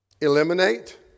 eliminate